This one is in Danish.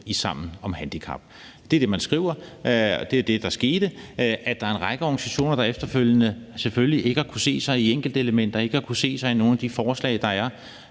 det, man skriver, og det er det, der skete. At der er en række organisationer, der efterfølgende selvfølgelig ikke har kunnet se sig i enkeltelementer og ikke har kunnet se sig i nogle af de forslag, der er